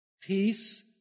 Peace